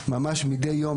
ממש מדי יום,